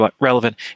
relevant